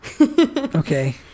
Okay